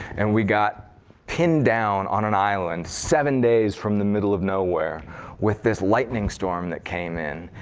and we got pinned down on an island seven days from the middle of nowhere with this lightning storm that came in.